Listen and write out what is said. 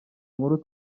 nkuru